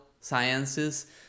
sciences